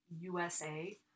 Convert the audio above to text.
USA